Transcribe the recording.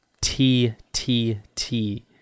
T-T-T